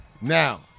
Now